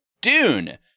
Dune